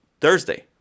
Thursday